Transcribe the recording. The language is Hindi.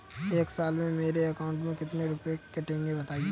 एक साल में मेरे अकाउंट से कितने रुपये कटेंगे बताएँ?